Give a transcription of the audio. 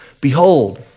Behold